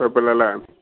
കുഴപ്പമില്ല അല്ലേ